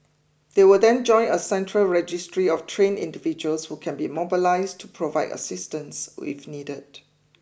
they will then join a central registry of trained individuals who can be mobilised to provide assistance if needed